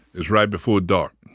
it's right before dark.